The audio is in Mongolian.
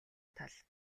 тал